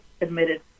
admitted